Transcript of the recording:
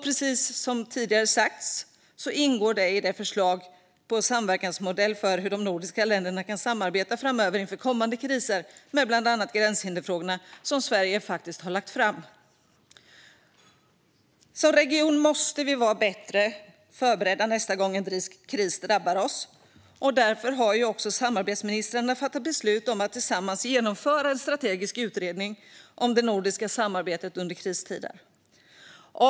Precis som tidigare har sagts ingår detta i det förslag på samverkansmodell som Sverige faktiskt har lagt fram och som handlar om hur de nordiska länderna kan samarbeta framöver, inför kommande kriser, med bland annat gränshindersfrågorna. Som region måste vi vara bättre förberedda nästa gång en kris drabbar oss, och därför har också samarbetsministrarna fattat beslut om att tillsammans genomföra en strategisk utredning om det nordiska samarbetet under kristider.